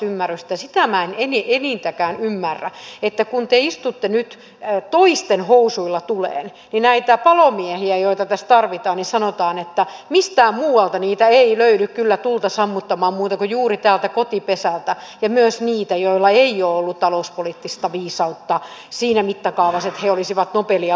sitä minä en enintäkään ymmärrä että kun te istutte nyt toisten housuilla tuleen niin sanotaan että näitä palomiehiä joita tässä tarvitaan ei muualta löydy kyllä tulta sammuttamaan kuin juuri täältä kotipesältä ja myös niitä joilla ei ole ollut talouspoliittista viisautta siinä mittakaavassa että he olisivat nobelia voittaneet